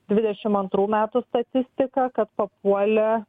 dvidešim antrų metų statistiką kad papuolė